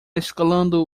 escalando